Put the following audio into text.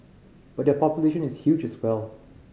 but their population is huge as well